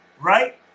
right